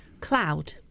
Cloud